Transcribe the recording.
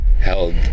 held